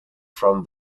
from